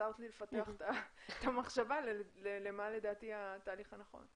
עזרת לי לפתח את המחשבה מה לדעתי התהליך הנכון.